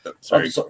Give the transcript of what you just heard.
sorry